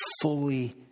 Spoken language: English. fully